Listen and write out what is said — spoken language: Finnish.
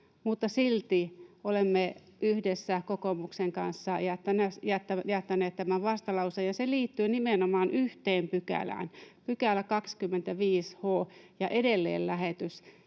silti olemme yhdessä kokoomuksen kanssa jättäneet tämän vastalauseen, ja se liittyy nimenomaan yhteen pykälään, 25 h § ja edelleenlähetys.